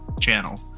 channel